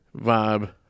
vibe